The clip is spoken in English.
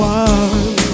one